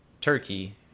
Turkey